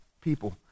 people